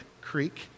creek